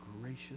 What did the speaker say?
gracious